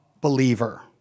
believer